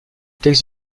texte